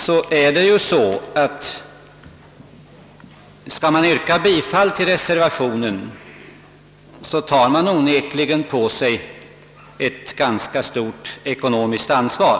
Herr talman! Yrkar man bifall till reservationen tar man onekligen på sig ett ganska stort ekonomiskt ansvar.